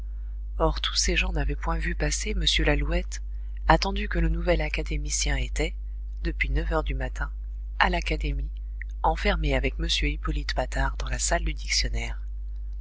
or tous ces gens n'avaient point vu passer m lalouette attendu que le nouvel académicien était depuis neuf heures du matin à l'académie enfermé avec m hippolyte patard dans la salle du dictionnaire